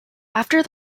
after